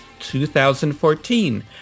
2014